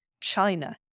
China